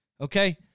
Okay